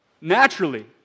Naturally